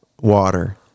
water